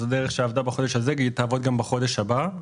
זו הדרך שעבדה בחודש הזה וגם תעבוד בחודש הבא.